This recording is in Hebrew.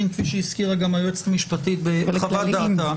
כפי שהזכירה היועצת המשפטית בחוות דעתה,